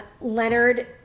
leonard